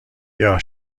گیاه